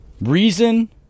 reason